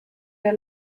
der